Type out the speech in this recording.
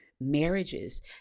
marriages